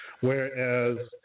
whereas